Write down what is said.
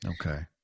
Okay